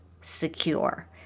secure